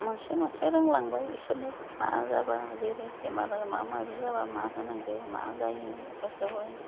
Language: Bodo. मोनसे मोनसे रोंलांबाय इसोरनो मा जाबा जेरै बेमार माबा माबि जाबा मा होनांगो मा जायो इफोरखोबो